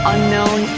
Unknown